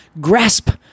grasp